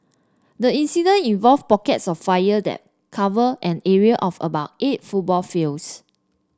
the incident involved pockets of fire that cover and area of about eight football fields